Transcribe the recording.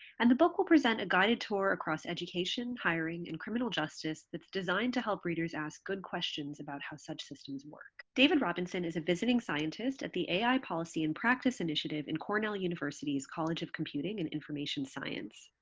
and the book will present a guided tour across education, hiring, and criminal justice that's designed to help readers ask good questions about how such systems work. david robinson is a visiting scientist at the ai policy and practice initiative in cornell university's college of computing and information science.